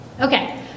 okay